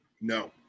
No